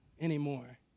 anymore